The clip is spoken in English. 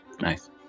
Nice